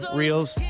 reels